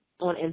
on